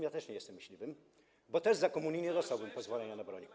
Ja też nie jestem myśliwym, bo za komuny nie dostałbym pozwolenia na broń.